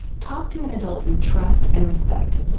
talk to an adult you trust and respect.